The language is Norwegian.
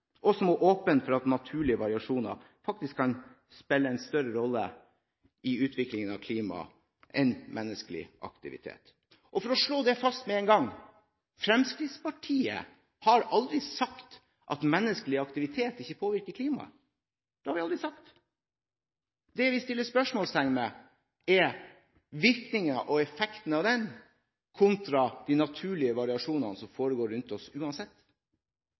og som er åpen for at naturlige variasjoner faktisk kan spille en større rolle i utviklingen av klimaet enn menneskelig aktivitet. For å slå det fast med en gang: Fremskrittspartiet har aldri sagt at menneskelig aktivitet ikke påvirker klimaet. Det har vi aldri sagt. Det vi setter spørsmålstegn ved, er virkningen og effekten av den aktiviteten kontra de naturlige variasjonene som foregår rundt oss uansett.